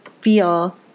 feel